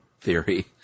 theory